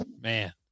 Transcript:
Man